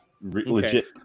legit